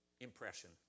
impression